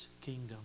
kingdom